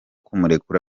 kumurekura